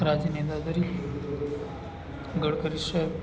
રાજનેતા તરીકે ગડકરી સાહેબ